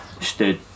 Stood